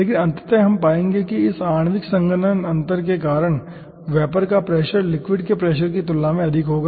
लेकिन अंततः हम पाएंगे कि इस आणविक संघनन अंतर के कारण वेपर का प्रेशर लिक्विड के प्रेशर की तुलना में अधिक होगा